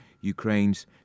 Ukraine's